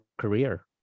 career